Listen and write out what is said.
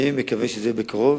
אני מקווה שזה יהיה בקרוב,